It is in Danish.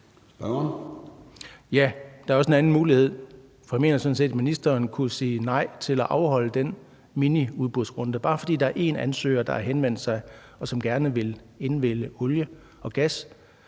Der er også en anden mulighed, for jeg mener sådan set, at ministeren kunne sige nej til at afholde den miniudbudsrunde. Selv om der er én ansøger, der har henvendt sig, og som gerne vil indvinde olie og gas,